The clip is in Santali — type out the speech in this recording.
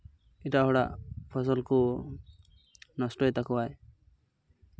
ᱮᱴᱟᱜ ᱦᱚᱲᱟᱜ ᱯᱷᱚᱥᱚᱞ ᱠᱚ ᱱᱚᱥᱴᱚᱭ ᱛᱟᱠᱚᱣᱟᱭ